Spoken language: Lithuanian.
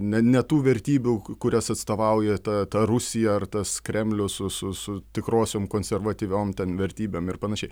ne ne tų vertybių kurias atstovauja ta ta rusija ar tas kremlius su su su tikrosiom konservatyviom ten vertybėm ir panašiai